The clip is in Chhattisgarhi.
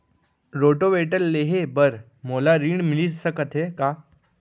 रोटोवेटर लेहे बर मोला ऋण मिलिस सकत हे का?